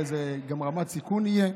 ובאיזו רמת סיכון יהיה.